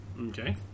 okay